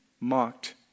mocked